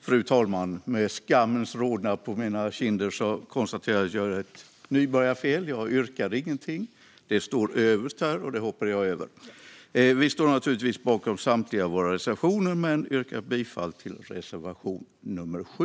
Frau talman! Med skammens rodnad på kinderna konstaterar jag att jag gjorde ett nybörjarfel: Jag yrkade ingenting. Det stod överst i mitt manus, men det hoppade jag över. Vi står naturligtvis bakom samtliga våra reservationer, men jag yrkar bifall endast till reservation nummer 7.